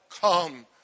come